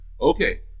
Okay